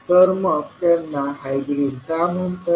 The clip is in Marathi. तर मग त्यांना हायब्रिड का म्हणतात